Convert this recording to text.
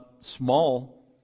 small